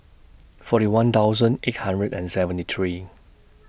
forty one thousand eight hundred and seventy three